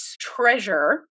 treasure